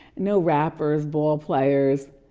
no rappers, ballplayers,